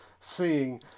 seeing